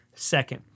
Second